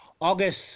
august